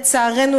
לצערנו,